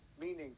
meaning